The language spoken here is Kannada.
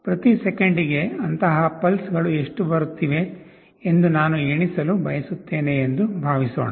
ಪ್ರತಿ ಸೆಕೆಂಡಿಗೆ ಅಂತಹ ಪಲ್ಸ್ ಗಳು ಎಷ್ಟು ಬರುತ್ತಿವೆ ಎಂದು ನಾನು ಎಣಿಸಲು ಬಯಸುತ್ತೇನೆ ಎಂದು ಭಾವಿಸೋಣ